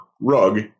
rug